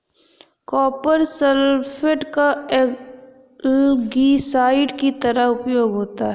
copper sulphate का algicide की तरह उपयोग होता है